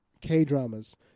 K-dramas